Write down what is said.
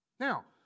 Now